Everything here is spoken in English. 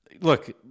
look